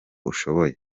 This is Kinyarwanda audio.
ushoboye